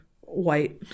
white